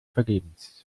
vergebens